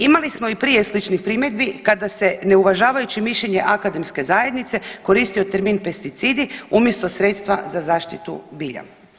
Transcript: Imali smo i prije sličnih primjedbi kada se ne uvažavajući mišljenje akademske zajednice koristio termin pesticidi umjesto sredstva za zaštitu bilja.